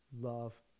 love